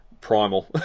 primal